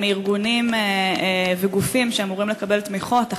מארגונים וגופים שאמורים לקבל תמיכות,